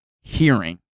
hearing